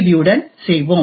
B உடன் செய்வோம்